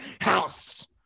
house